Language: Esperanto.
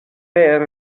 per